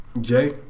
Jay